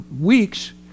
weeks